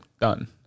Done